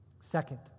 Second